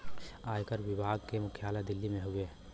आयकर विभाग के मुख्यालय दिल्ली में हउवे